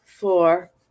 Four